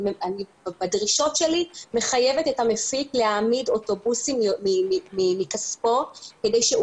בדרישות שלי אני מחייבת את המפיק להעמיד אוטובוסים מכספו כדי שהוא